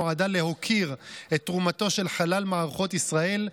אזרחות כבוד נועדה להוקיר את תרומתו של חלל מערכות ישראל,